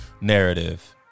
narrative